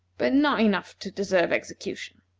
but not enough to deserve execution.